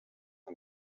and